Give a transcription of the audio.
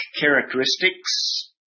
characteristics